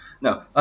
No